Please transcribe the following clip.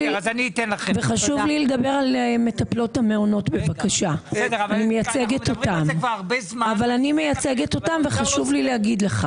מוסיפים לחברות מע"מ אבל יש לנו שם שתי בעיות.